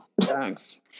thanks